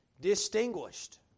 Distinguished